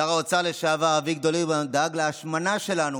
שר האוצר לשעבר אביגדור ליברמן דאג להשמנה שלנו,